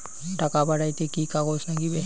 টাকা পাঠাইতে কি কাগজ নাগীবে?